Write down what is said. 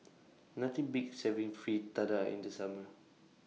Nothing Beats having Fritada in The Summer